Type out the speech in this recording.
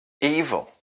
evil